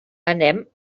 anem